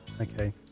Okay